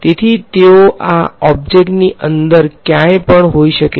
તેથી તેઓ આ ઑબ્જેક્ટની અંદર ક્યાંય પણ હોઈ શકે છે